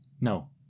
no